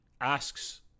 asks